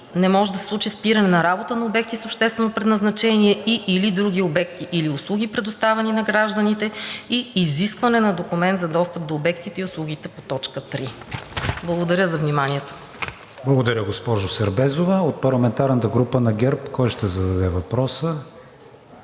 не може да се случи спиране на работа на обекти с обществено предназначение и/или други обекти или услуги, предоставяни на гражданите, и изискване на документ за достъп до обектите и услугите. Благодаря за вниманието. ПРЕДСЕДАТЕЛ КРИСТИАН ВИГЕНИН: Благодаря, госпожо Сербезова. От парламентарната група на ГЕРБ-СДС кой ще зададе въпроса?